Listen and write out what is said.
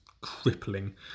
crippling